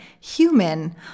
human